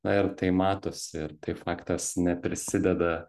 na ir tai matosi ir tai faktas neprisideda